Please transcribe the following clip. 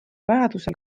vajadusel